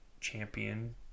Champion